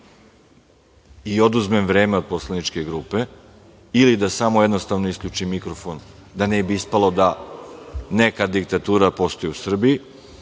i oduzmem vreme od poslaničke grupe ili da samo jednostavno isključim mikrofon, da ne bi ispalo da neka diktatura postoji u Srbiji,